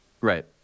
Right